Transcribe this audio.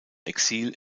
exil